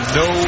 no